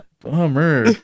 Bummer